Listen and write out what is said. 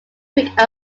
creek